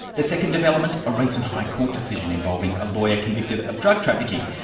the second development, a recent high court decision involving a lawyer convicted of drug trafficking,